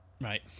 right